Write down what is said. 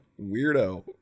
Weirdo